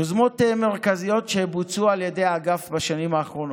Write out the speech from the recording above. יוזמות מרכזיות שבוצעו על ידי האגף בשנים האחרונות: